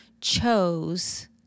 chose